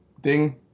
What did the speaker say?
Ding